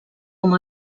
com